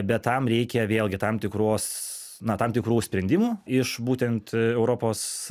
bet tam reikia vėlgi tam tikros na tam tikrų sprendimų iš būtent europos